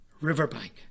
riverbank